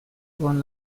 con